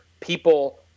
people